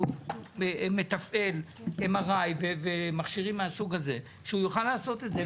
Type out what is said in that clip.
והוא מתפעל MRI ומכשירים מהסוג הזה שהוא יוכל לעשות את זה.